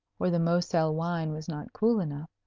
or the moselle wine was not cool enough,